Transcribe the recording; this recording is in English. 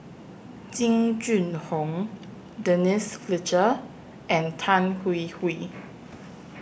Jing Jun Hong Denise Fletcher and Tan Hwee Hwee